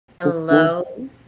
hello